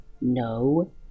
No